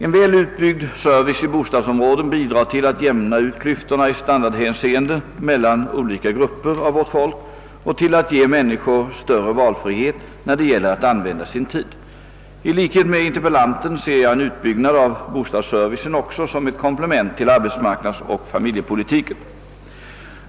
En väl utbyggd service i bostadsområden bidrar till att jämna ut klyftorna i standardhänseende mellan olika grupper av vårt folk och till att ge människor större valfrihet när det gäller att använda sin tid. I likhet med interpellanten ser jag en utbyggnad av bostadsservicen också som ett komplement till arbetsmarknadsoch familjepolitiken.